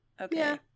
Okay